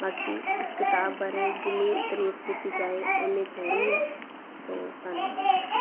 ਬਾਕੀ ਉਸ ਕਿਤਾਬ ਬਾਰੇ ਜਿੰਨੀ ਤਾਰੀਫ ਕੀਤੀ ਜਾਏ ਉੱਨੀ ਥੋੜ੍ਹੀ ਹੈ ਸੋ ਧੰਨਵਾਦ